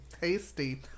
tasty